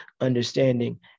understanding